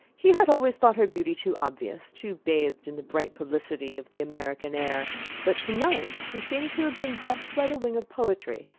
he had always thought her beauty too obvious, too bathed in the bright publicity of the american air but to-night she seemed to have been brushed by the wing of poetry,